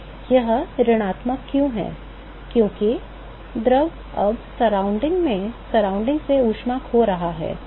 यह ऋणात्मक क्यों है क्योंकि द्रव अब सराउंडिंग से ऊष्मा खो रहा है